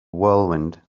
whirlwind